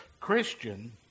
Christian